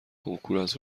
کنکوراز